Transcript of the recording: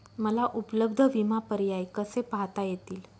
मला उपलब्ध विमा पर्याय कसे पाहता येतील?